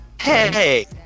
Hey